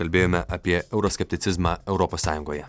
kalbėjome apie euroskepticizmą europos sąjungoje